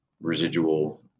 residual